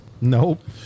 Nope